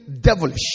devilish